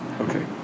Okay